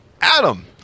Adam